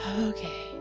Okay